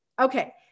Okay